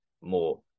more